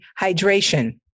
hydration